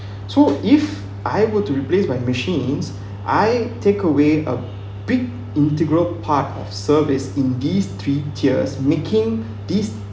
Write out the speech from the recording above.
so if I were to replace by machines I takeaway a big integral part of service in these three tiers making these